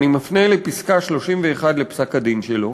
אני מפנה לפסקה 31 בפסק-הדין שלו: